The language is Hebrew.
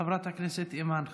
חברת הכנסת אימאן ח'טיב.